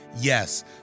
Yes